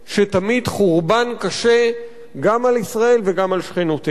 שתמיט חורבן קשה גם על ישראל וגם על שכנותיה.